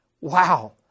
Wow